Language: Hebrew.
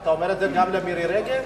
אתה אומר את זה גם למירי רגב?